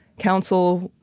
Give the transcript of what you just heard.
counsel,